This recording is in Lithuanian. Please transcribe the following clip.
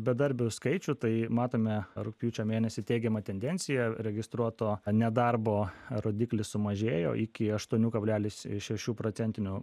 bedarbių skaičių tai matome rugpjūčio mėnesį teigiamą tendenciją registruoto nedarbo rodiklis sumažėjo iki aštuonių kablelis šešių procentinio